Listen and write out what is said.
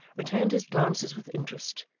returned his glances with interest,